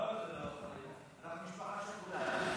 לא, זה לא, אנחנו משפחה שכולה.